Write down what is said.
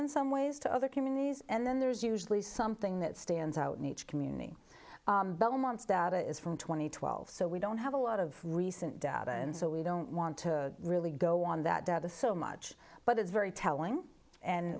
in some ways to other communities and then there's usually something that stands out in each community belmont's data is from two thousand and twelve so we don't have a lot of recent data and so we don't want to really go on that data so much but it's very telling and